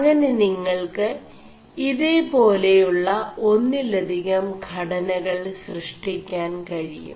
അÆെന നിÆൾ ് ഇേതേപാെലയുø ഒMിലധികം ഘടനകൾ സൃഷ്ടി ാൻ കഴിയും